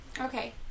Okay